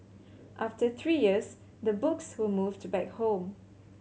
after three years the books were moved back home